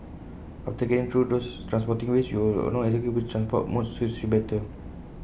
after getting through those transporting ways you will know exactly which transport modes suit you better